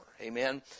Amen